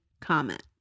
comment